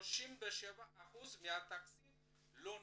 37% מהתקציב לא נוצל.